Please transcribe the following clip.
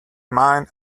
mine